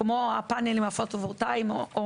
כמו הפנלים הפוטו וולטאים או